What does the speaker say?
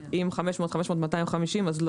אבל אם 500, 500 ו-250 לא.